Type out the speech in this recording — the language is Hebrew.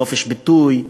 חופש ביטוי,